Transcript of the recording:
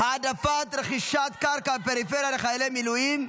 העדפת רכישת קרקע בפריפריה לחיילי מילואים),